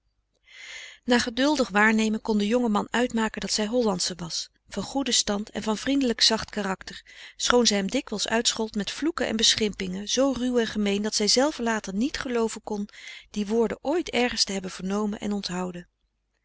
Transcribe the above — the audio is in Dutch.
na geduldig waarnemen kon de jonge man uitmaken dat zij hollandsche was van goeden stand en van vriendelijk zacht karakter schoon zij hem dikwijls uitschold met vloeken en beschimpingen zoo ruw en gemeen dat zij zelve later niet gelooven kon die woorden ooit ergens te hebben vernomen en onthouden